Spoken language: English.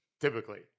typically